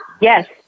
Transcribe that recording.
Yes